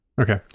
Okay